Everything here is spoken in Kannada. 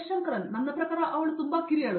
ಶಂಕರನ್ ನನ್ನ ಪ್ರಕಾರ ಅವಳು ತುಂಬಾ ಕಿರಿಯಳು